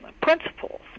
principles